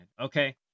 Okay